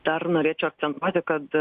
dar norėčiau akcentuoti kad